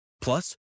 Plus